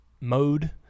mode